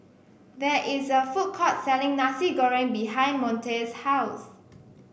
there is a food court selling Nasi Goreng behind Monte's house